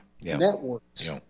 networks